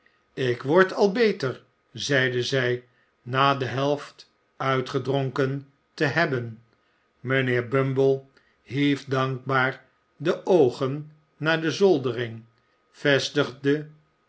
ik word al beter zeide zij na de helft uitgedronken te hebben mijnheer bumble hief dankbaar de oogen naar de zoldering vestigde